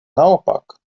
naopak